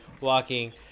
walking